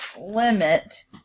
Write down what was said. limit